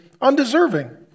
undeserving